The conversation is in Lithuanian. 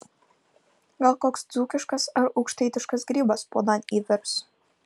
gal koks dzūkiškas ar aukštaitiškas grybas puodan įvirs